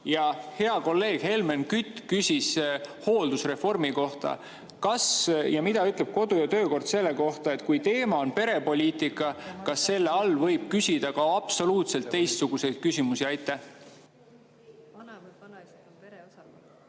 aga hea kolleeg Helmen Kütt küsis hooldusreformi kohta. Kas ja mida ütleb kodu‑ ja töökord selle kohta, et kui teema on perepoliitika, kas selle all võib küsida ka absoluutselt teistsuguseid küsimusi?